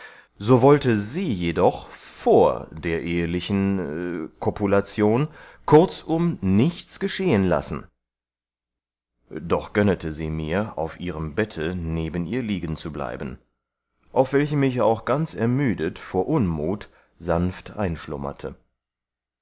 so wollte sie jedoch vor der ehelichen kopulation kurzum nichts geschehen lassen doch gönnete sie mir auf ihrem bette neben ihr liegen zu bleiben auf welchem ich auch ganz ermüdet vor unmut sanft einschlummerte